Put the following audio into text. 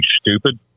stupid